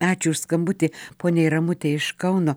ačiū už skambutį poniai ramutei iš kauno